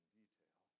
detail